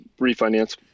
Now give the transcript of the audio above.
refinance